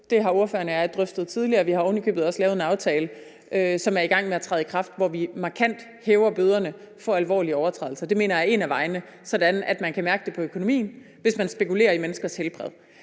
Det har ordføreren og jeg drøftet tidligere, og vi har ovenikøbet også lavet en aftale, som er i gang med at træde i kraft, hvor vi markant hæver bøderne for alvorlige overtrædelser. Det mener jeg er en af vejene, sådan at man kan mærke det på økonomien, hvis man spekulerer i menneskers helbred.